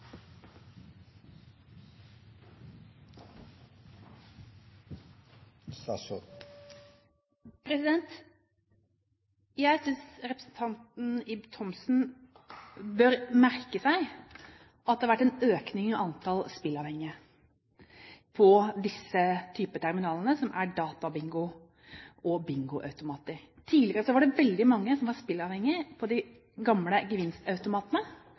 høringen. Jeg synes representanten Ib Thomsen bør merke seg at det har vært en økning i antall spilleavhengige på denne typen terminaler, altså databingo og bingoautomater. Tidligere var det veldig mange spilleavhengige på de gamle gevinstautomatene,